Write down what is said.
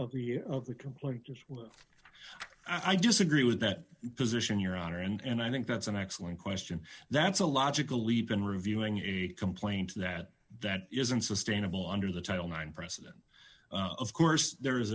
aspect of the complaint as well i disagree with that position your honor and i think that's an excellent question that's a logical leap in reviewing a complaint that that isn't sustainable under the title nine precedent of course there is